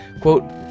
Quote